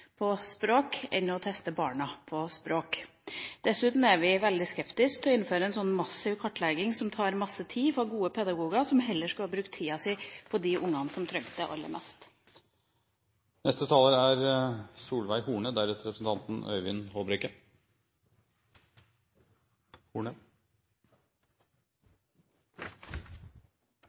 på språk enn å teste barna på språk. Dessuten er vi veldig skeptiske til å innføre en massiv kartlegging som tar masse tid for gode pedagoger, som heller skulle ha brukt tida på de barna som trenger det mest. Som alltid i slike debatter blir det mer fokus på det vi er